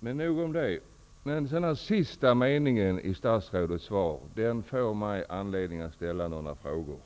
men nog om det. Den sista meningen i statsrådets svar föranleder mig att ställa några frågor.